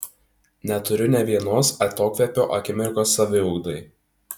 neturiu ne vienos atokvėpio akimirkos saviugdai